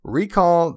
recall